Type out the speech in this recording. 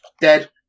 dead